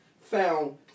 found